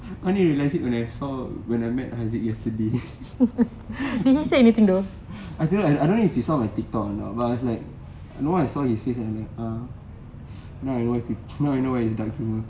I only realise it when I saw when I met haziq yesterday I don't know if he saw my Tik Tok or not but I was like no one saw his face and ah now I know now I know what is dark humour